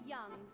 Young